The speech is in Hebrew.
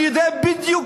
אני יודע בדיוק,